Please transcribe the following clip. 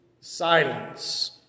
silence